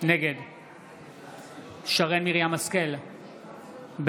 נגד שרן מרים השכל, בעד